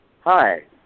Hi